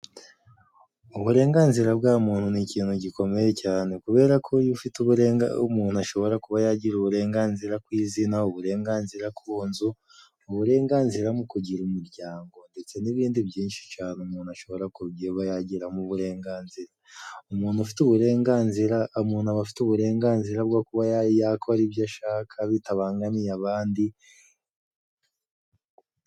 Uburenganzira bwa muntu ni ikintu gikomeye cyane kubera ko iyo ufite uburenga iyo umuntu ashobora kuba yagira uburenganzira ku izina uburenganzira ku nzu uburenganzira bwo kugira umuryango ndetse n'ibindi byinshi cyane umuntu ashobora kubiba yagira mu burenganzira umuntu ufite uburenganzira umuntu aba afite uburenganzira bwo kuba yakora ibyo ashaka bitabangamiye abandi.